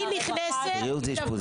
עוד פעם, היא נכנסת --- בריאות זה אשפוזית.